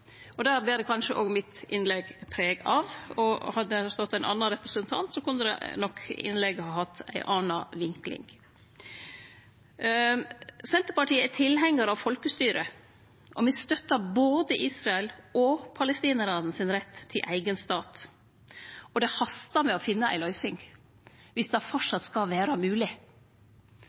Det ber kanskje òg mitt innlegg preg av, og hadde det stått ein annan representant her, kunne nok innlegget hatt ei anna vinkling. Senterpartiet er tilhengjar av folkestyre. Me støttar både Israels og palestinarane sin rett til eigen stat, og det hastar med å finne ei løysing viss det framleis skal